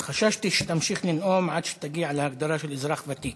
חששתי שתמשיך לנאום עד שתגיע להגדרה של אזרח ותיק.